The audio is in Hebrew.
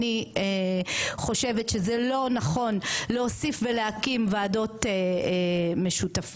אני חושבת שזה לא נכון להוסיף ולהקים ועדות משותפות,